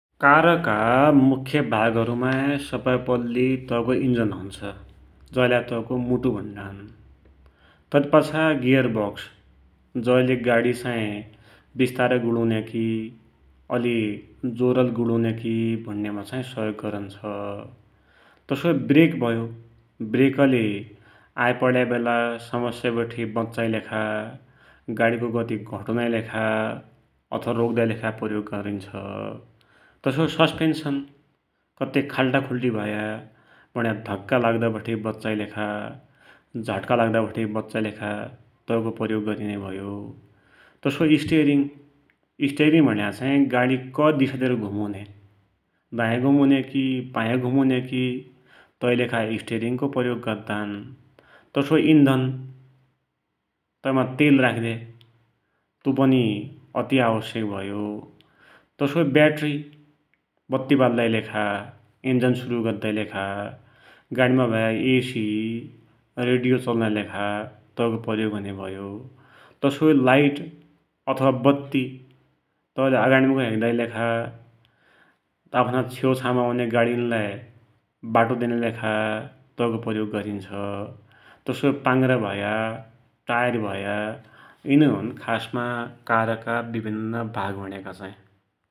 कारका मुख्य भागहरुमाइ सबहै पैल्ली तैको इन्जन हुन्छ, जैलाइ तैको मुटु भुण्णान। ततिपछा गेयर बक्स, जैले गाडीलाई बिस्तारै गुडुन्याकि, अलि जोरले गुडुन्याकि भुण्यामा सहयोग गरुन्छ। तसोई ब्रेक भयो, ब्रेकले आइपड्या बेला समस्या पड्या बेला गाडीको गति घटुनाकी लेखा अथवा रोक्दाकी लेखा प्रयोग गरिन्छ। तसोई सस्पेन्सन कत्ते खाल्टा खुल्टी भया भुण्या धक्का लाग्दा बठे बच्चाकी लेखा, झड्का लाग्दा बठे बच्चाकी लेखा तै को प्रयोग गरिन्या भयो। तसोई स्टेरिंग, स्टेरिंग भुण्या चाही गाडी कै दिशा तिर घुमुन्या दायाँ भुमुन्याकी, बायाँ घुमुन्याकी तैकी लेखा स्टेरिंग प्रयोग गद्दान। तसोई इन्धन तै मा तेल राख्दया, तो पनि अति आवस्यक भयो। तसोई ब्याट्री, बत्ति बाल्लाकी लेखा, इन्जन सुरु गद्दाकी लेखा, गाडीमा भया एसी, रेडियो चलुनाकी लेखा तै को प्रयोग हुन्या भयो। तसोई लाइट अथवा बत्ति तैले आगाडीमुख हेद्दाकी लेखा, आफ्ना छेउ छाउमा औन्या गाडीनलाई बाटो दिनाकी लेखा तैको प्रयोग गरिन्छ। तसोई पाङ्ग्रा भया, टायर भया यिनुइ हुन् खासमा कारका विभिन्न भाग भुण्याका चाहि!